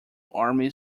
army